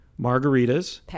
margaritas